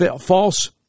false